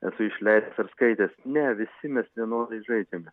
esu išleidęs ar skaitęs ne visi mes vienodai žaidžiame